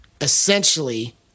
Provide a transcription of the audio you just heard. essentially